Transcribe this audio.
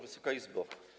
Wysoka Izbo!